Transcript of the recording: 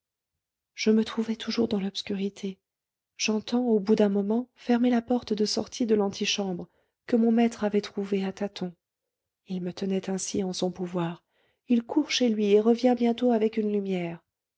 je me trouvais toujours dans l'obscurité j'entends au bout d'un moment fermer la porte de sortie de l'antichambre que mon maître avait trouvée à tâtons il me tenait ainsi en son pouvoir il court chez lui et revient bientôt avec une lumière